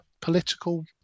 political